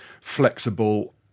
flexible